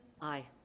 Aye